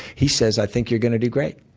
he says, i think you're going to do great.